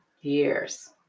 years